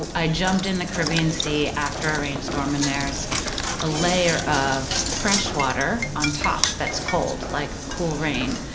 i jumped in the caribbean sea after a rainstorm and there's a layer of fresh water on top that's cold, like cool rain,